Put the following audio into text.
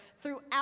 throughout